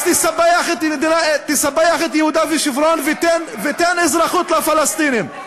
אז תספח את יהודה ושומרון ותן אזרחות לפלסטינים.